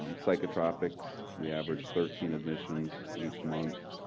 um psychotropics, we average thirteen admissions each month.